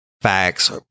facts